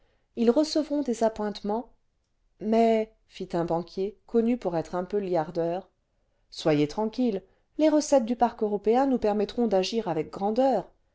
ils recevront des appointements mais fit un banquier connu pour être un peu liardeur soyez tranquille les recettes du porc européen nous permettront d'agir avec grandeur